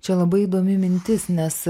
čia labai įdomi mintis nes